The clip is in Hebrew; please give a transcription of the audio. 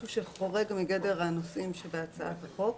משהו שחורג מגדר הנושאים שבהצעת החוק.